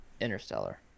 interstellar